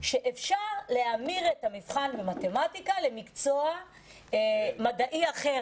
שאפשר להמיר את המבחן במתמטיקה למקצוע מדעי אחר,